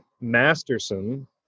Masterson